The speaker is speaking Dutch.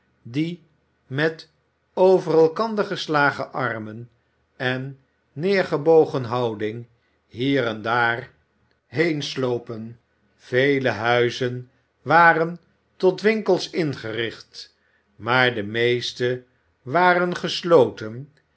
die met over elkander geslagen armen en neergebogen houding hier en daar heenslopen vele huizen waren tot winkels ingericht maar de meeste waren gesloten